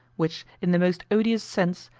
which, in the most odious sense,